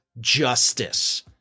justice